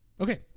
Okay